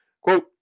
Quote